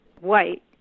White